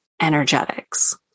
energetics